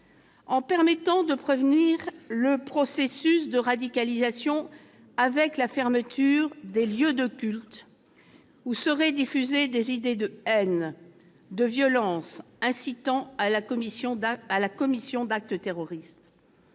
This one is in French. en permettant de prévenir le processus de radicalisation avec la fermeture des lieux de culte où seraient diffusées des idées de haine, de violence, incitant à la commission d'actes terroristes,